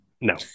no